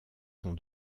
sont